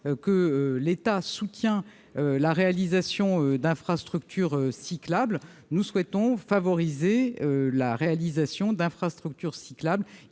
que l'État soutient la réalisation d'infrastructures cyclables -favoriser la réalisation d'infrastructures cyclables,